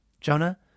Jonah